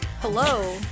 Hello